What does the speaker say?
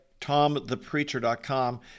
tomthepreacher.com